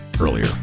earlier